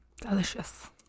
Delicious